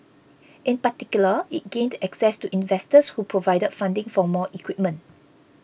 in particular it gained access to investors who provided funding for more equipment